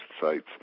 sites